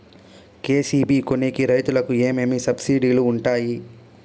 JCB కొనేకి రైతుకు ఏమేమి సబ్సిడి లు వుంటాయి?